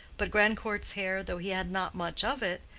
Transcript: but grandcourt's hair, though he had not much of it,